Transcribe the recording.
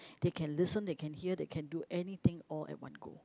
they can listen they can hear they can do anything all at one go